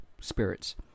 spirits